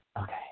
okay